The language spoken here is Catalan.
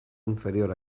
inferior